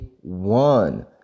one